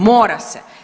Mora se.